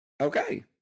Okay